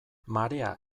marea